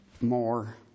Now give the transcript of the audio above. more